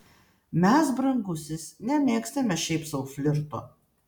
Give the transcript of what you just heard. mes brangusis nemėgstame šiaip sau flirto